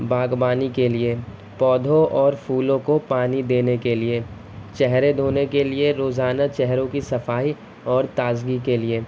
باغبانی کے لیے پودوں کو اور پھولوں کو پانی دینے کے لیے چہرے دھونے کے لیے روزانہ چہروں کی صفائی اور تازگی کے لیے